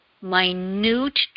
minute